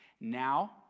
Now